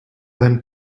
then